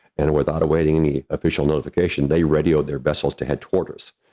and without awaiting any official notification, they radioed their vessels to head toward us.